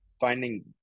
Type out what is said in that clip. finding